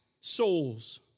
souls